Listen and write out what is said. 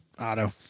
Auto